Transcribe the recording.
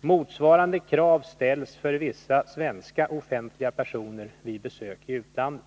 Motsvarande krav ställs för vissa svenska offentliga personer vid besök i utlandet.